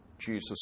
jesus